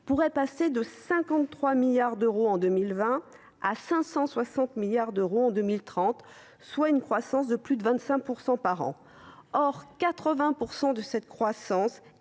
pourrait passer de 53 milliards d’euros en 2020 à 560 milliards d’euros en 2030, soit une croissance de plus de 25 % par an. Or cette croissance est